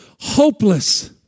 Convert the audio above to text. hopeless